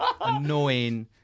annoying